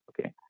okay